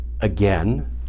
again